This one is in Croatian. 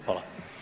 Hvala.